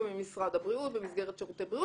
ממשרד הבריאות במסגרת שירותי בריאות,